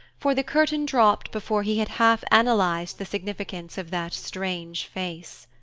for the curtain dropped before he had half analyzed the significance of that strange face.